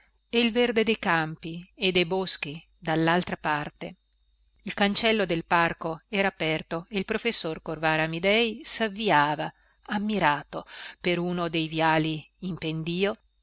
e il verde dei campi e dei boschi dallaltra parte il cancello del parco era aperto e il professor corvara amidei savviava ammirato per uno dei viali in